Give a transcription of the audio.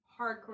hardcore